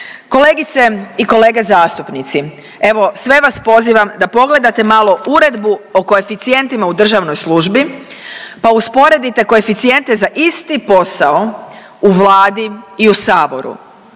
Kolegice i kolege zastupnici, evo sve vas pozivam da pogledate malo Uredbu o koeficijentima u državnoj službi, pa usporedite koeficijente za isti posao u Vladi i u saboru,